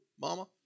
Mama